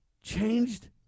changed